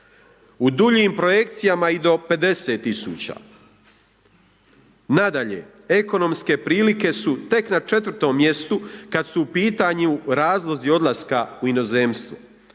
u duljim projekcijama i do 50.000. Nadalje, ekonomske prilike su tek na 4 mjestu kad su u pitanju razlozi odlaska u inozemstvo.